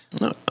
No